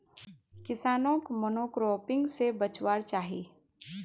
किसानोक मोनोक्रॉपिंग से बचवार चाही